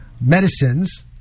medicines